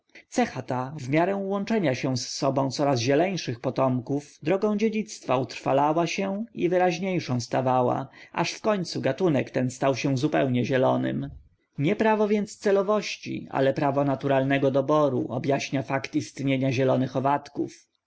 cecha ta w miarę łączenia się z sobą coraz zieleńszych potomków drogą dziedzictwa utrwalała się i wyraźniejszą stawała aż w końcu gatunek ten stał się zupełnie zielonym nie prawo więc celowości ale prawo naturalnego doboru objaśnia fakt istnienia zielonych owadków